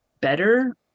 better